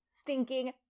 stinking